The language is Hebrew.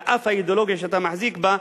על אף האידיאולוגיה שאתה מחזיק בה,